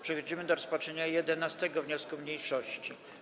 Przechodzimy do rozpatrzenia 11. wniosku mniejszości.